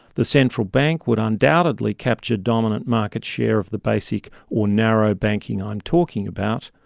the central bank would undoubtedly capture dominant market share of the basic or narrow banking i'm talking about,